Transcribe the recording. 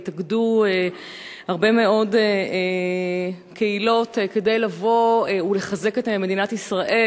התאגדו הרבה מאוד קהילות כדי לבוא ולחזק את מדינת ישראל,